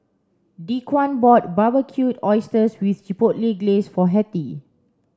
Dequan bought Barbecued Oysters with Chipotle Glaze for Hettie